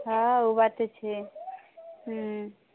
हँ ओ बात तऽ छै हूँ